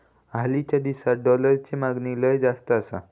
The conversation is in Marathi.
हालीच्या दिसात डॉलरची मागणी लय जास्ती आसा